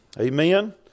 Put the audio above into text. amen